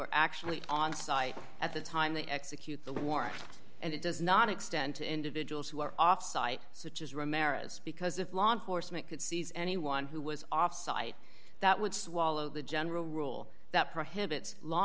are actually on site at the time they execute the war and it does not extend to individuals who are off site such as romero's because if law enforcement could seize anyone who was off site that would swallow the general rule that prohibits law